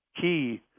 key